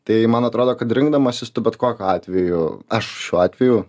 tai man atrodo kad rinkdamasis tu bet kokiu atveju aš šiuo atveju